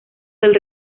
del